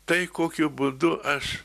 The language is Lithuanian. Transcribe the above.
tai kokiu būdu aš